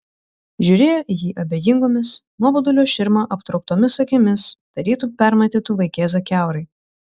žiūrėjo į jį abejingomis nuobodulio širma aptrauktomis akimis tarytum permatytų vaikėzą kiaurai